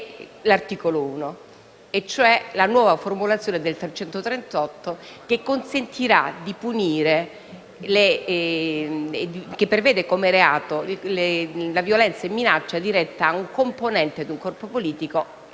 l'articolo 1, cioè la nuova formulazione dell'articolo 338 del codice penale che prevede come reato la violenza o minaccia diretta ad un componente di un corpo politico,